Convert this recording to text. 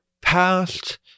past